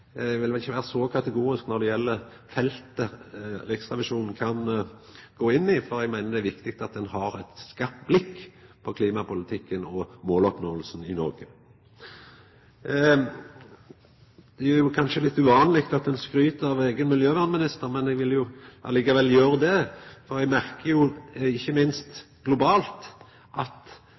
Eg vil vel ikkje vera så kategorisk når det gjeld feltet Riksrevisjonen kan gå inn i, for eg meiner det er viktig at ein har eit skarpt blikk på klimapolitikken og måloppnåinga i Noreg. Det er kanskje litt uvanleg at ein skryter av eigen miljøvernminister. Eg vil likevel gjera det, for eg merkar at ikkje minst globalt